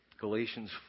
Galatians